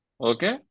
Okay